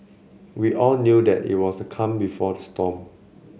we all knew that it was the calm before the storm